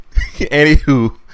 Anywho